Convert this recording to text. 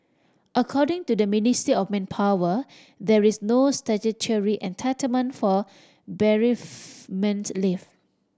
according to the Ministry of Manpower there is no statutory entitlement for bereavement leave